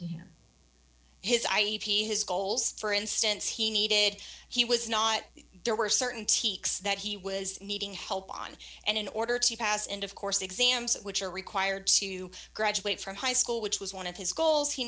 e his goals for instance he needed he was not there were certain teeth that he was needing help on and in order to pass and of course exams which are required to graduate from high school which was one of his goals he